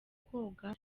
koga